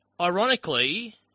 Ironically